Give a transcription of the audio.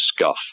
scuff